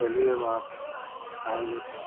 चलिए वहाँ पर आएँ आएंगे तो